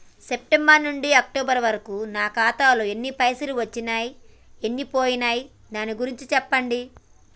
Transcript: September నుంచి October వరకు నా ఖాతాలో ఎన్ని పైసలు వచ్చినయ్ ఎన్ని పోయినయ్ దాని గురించి చెప్పండి?